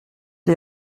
les